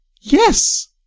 Yes